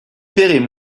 paieraient